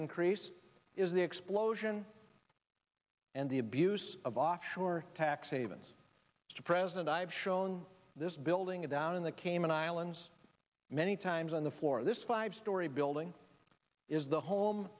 increase is the explosion and the abuse of offshore tax havens the president i've shown this building it out in the cayman islands many times on the floor of this five story building is the home